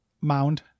Mound